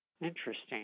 Interesting